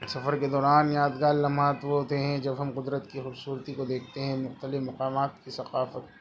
سفر کے دوران یادگار لمحہ ہوتے ہیں جو ہم کو قدرت کی خوبصورتی کو دیکھتے ہیں مختلف مقامات کی ثقافت